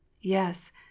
Yes